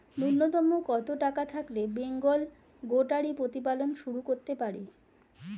নূন্যতম কত টাকা থাকলে বেঙ্গল গোটারি প্রতিপালন শুরু করতে পারি?